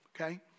okay